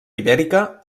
ibèrica